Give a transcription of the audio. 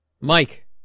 Mike